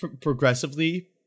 progressively